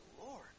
Lord